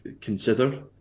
consider